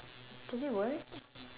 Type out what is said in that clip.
twenty what